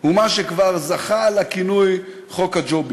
הוא מה שכבר זכה לכינוי "חוק הג'ובים".